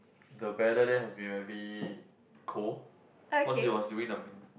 the weather there has been very cold cause it was during the